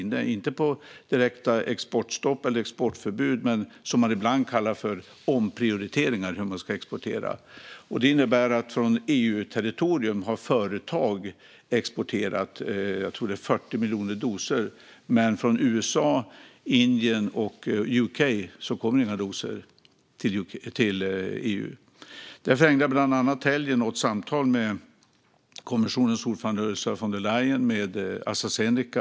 Det handlar inte om direkta exportstopp eller exportförbud utan om det som ibland kallas för omprioriteringar när det gäller vad man ska exportera. Från EU:s territorium har företag exporterat 40 miljoner doser, tror jag, men från USA, Indien och UK kommer det inga doser till EU. Därför ägnade jag helgen bland annat åt samtal med kommissionens ordförande Ursula von der Leyen och med Astra Zeneca.